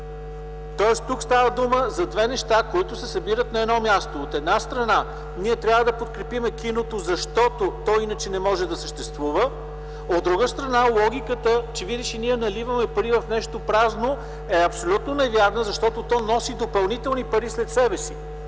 Тук става дума за две неща, които се събират на едно място. От една страна – трябва да подкрепим киното, защото то иначе не може да съществува. От друга страна – логиката, че видиш ли, ние наливаме пари в нещо празно, е абсолютно невярна, защото то носи допълнителни пари след себе си.